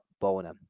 Bona